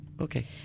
Okay